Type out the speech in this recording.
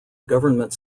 government